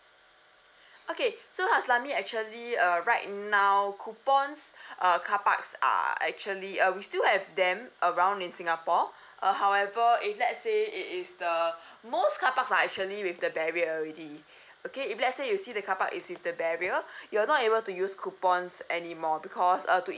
okay so haslami actually uh right now coupons uh carparks are actually uh we still have them around in singapore uh however if let's say it is the most carparks are actually with the barrier already okay if let's say you see the carpark is with the barrier you're not able to use coupons anymore because uh to